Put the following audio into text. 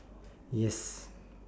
yes